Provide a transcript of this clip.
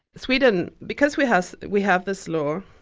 sweden, because we have we have this law,